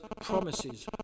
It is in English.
promises